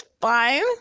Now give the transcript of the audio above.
fine